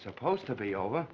supposed to be over